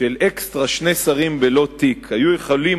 של אקסטרה שני שרים בלא תיק היו יכולות